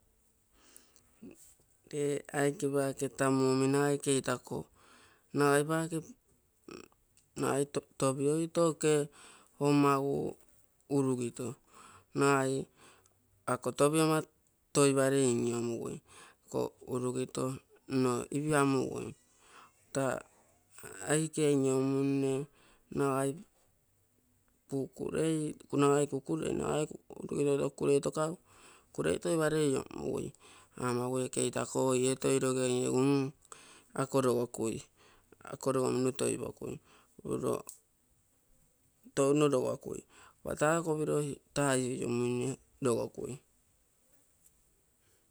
Tee aike paake tamu omi nagai keitako nagai topi ato oke omagu urugito, nagai ako topi toiparei ama iniomugui, ako urugito nno ipiamugui taa aike iniomuine, nagai kukurei, kukurei, kukurei toiparei iomugui. Amagu ee keitako oie iniorui egu mm ako logokui, ako logomino toipokui, ako logomino toipoka uuru touno logokui aako kopiro taa iniomuire logotui.